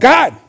God